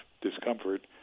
discomfort